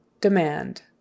demand